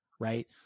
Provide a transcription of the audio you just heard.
Right